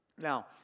Now